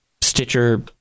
Stitcher